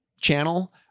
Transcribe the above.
channel